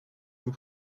vous